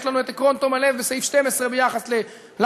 יש לנו את עקרון תום הלב בסעיף 12 ביחס למשא-ומתן,